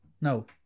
No